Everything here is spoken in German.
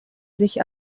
sich